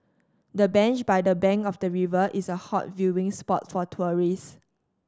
the bench by the bank of the river is a hot viewing spot for tourist